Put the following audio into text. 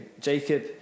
Jacob